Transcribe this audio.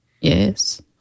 Yes